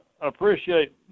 appreciate